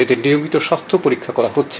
এদের নিয়মিত স্বাস্থ্য পরীক্ষা করা হচ্ছে